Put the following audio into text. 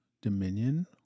dominion